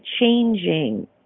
changing